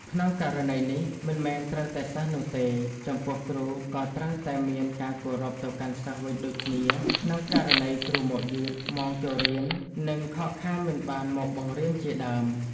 ក្នុងករណីនេះមិនមែនត្រូវតែសិស្សនោះទេ ចំពោះគ្រូក៏ត្រូវតែមានការគោរពទៅកាន់សិស្សវិញដូចគ្នាក្នុងករណីគ្រូមកយឺតម៉ោងចូលបង្រៀន និងខកខានមិនបានមកបង្រៀនជាដើម។